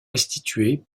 restitué